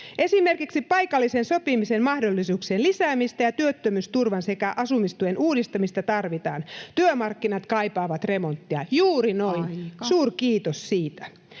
Esimerkiksi paikallisen sopimisen mahdollisuuksien lisäämistä ja työttömyysturvan sekä asumistuen uudistamista tarvitaan. Työmarkkinat kaipaavat remonttia.” [Puhemies: Aika!] Juuri noin! Suurkiitos siitä.